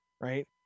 right